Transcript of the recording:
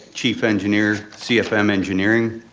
chief engineer, cfm engineering.